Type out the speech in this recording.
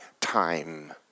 time